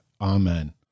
Amen